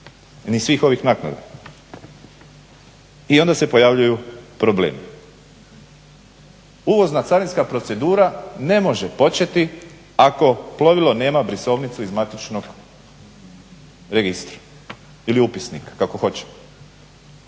ni svih ovih naknada. I onda se pojavljuju problemi. Uvozna carinska procedura ne može početi ako plovilo nema brisovnicu iz matičnog registra ili upisnika, kako hoće.